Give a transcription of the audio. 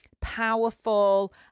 powerful